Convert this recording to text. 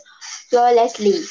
flawlessly